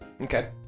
Okay